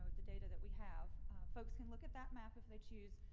the data that we have folks can look at that map if they choose.